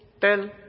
tell